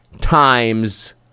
times